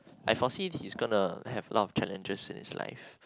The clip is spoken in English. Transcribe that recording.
I foresee he's gonna have a lot of challenges in his life